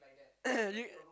you